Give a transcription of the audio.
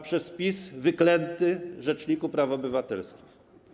Przez PiS Wyklęty Rzeczniku Praw Obywatelskich!